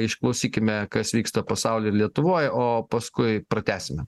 išklausykime kas vyksta pasauly ir lietuvoj o paskui pratęsim